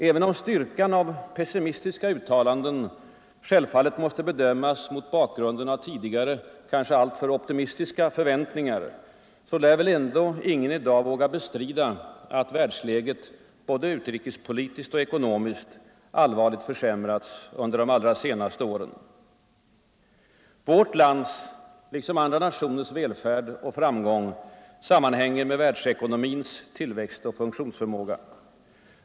Även om styrkan av pessimistiska uttalanden självfallet måste bedömas mot bakgrunden av tidigare kanske alltför optimistiska förväntningar, så lär ändå ingen i dag våga bestrida att världsläget — både utrikespolitiskt och ekonomiskt — allvarligt försämrats under de allra senaste åren. Vårt lands, liksom andra nationers, välfärd och framgång sammanhänger med världsekonomins tillväxtoch funktionsförmåga.